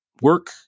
work